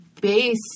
base